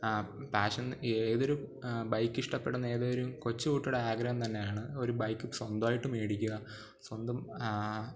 passion ഏതൊരു bike ഇഷ്ടപ്പെടുന്ന ഏതൊരു കൊച്ചു കുട്ടിയുടെ ആഗ്രഹം തന്നെയാണ് ഒരു ബൈക്ക് സ്വന്തമായിട്ട് മേടിക്കുക സ്വന്തം